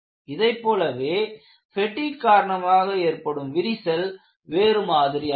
இதைப் போலவே பெடிக் காரணமாக ஏற்படும் விரிசல் வேறு மாதிரியானது